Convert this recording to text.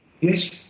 Yes